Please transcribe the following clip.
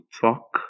talk